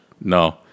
No